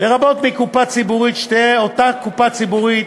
לרבות מקופה ציבורית, שתהיה אותה קופה ציבורית